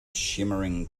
shimmering